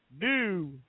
New